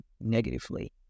negatively